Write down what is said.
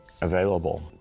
available